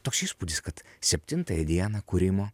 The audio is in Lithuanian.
toks įspūdis kad septintąją dieną kūrimo